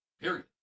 Period